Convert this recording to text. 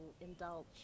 indulge